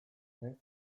nahiz